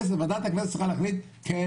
ועדת הכנסת צריכה להחליט - כן,